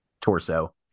torso